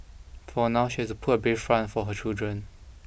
for now she has to put a brave front for her children